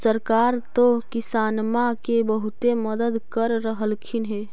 सरकार तो किसानमा के बहुते मदद कर रहल्खिन ह?